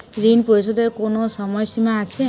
ঋণ পরিশোধের কোনো সময় সীমা আছে?